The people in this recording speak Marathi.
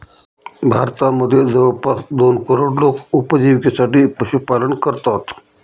भारतामध्ये जवळपास दोन करोड लोक उपजिविकेसाठी पशुपालन करतात